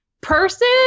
person